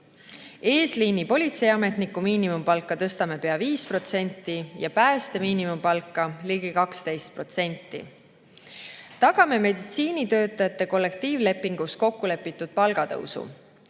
Eesliini politseiametniku miinimumpalka tõstame pea 5% ja päästja miinimumpalka ligi 12%. Tagame meditsiinitöötajate kollektiivlepingus kokku lepitud palgatõusu